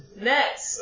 Next